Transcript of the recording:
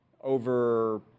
over